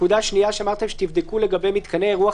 אמרתם שתבדקו לגבי מתקני אירוח,